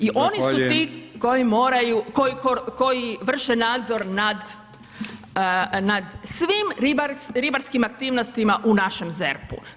I oni su ti koji moraju, koji vrše nadzor nad svim ribarskim aktivnostima u našem ZERP-u.